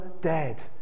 dead